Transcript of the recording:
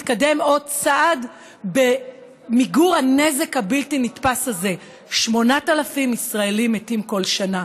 להתקדם עוד צעד במיגור הנזק הבלתי-נתפס הזה: 8,000 ישראלים מתים כל שנה.